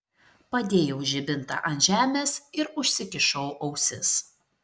padėjau žibintą ant žemės ir užsikišau ausis